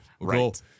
Right